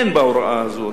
אין בהוראה הזאת.